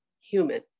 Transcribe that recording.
human